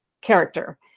character